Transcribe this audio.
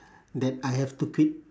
that I have to quit